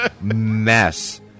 mess